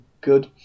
good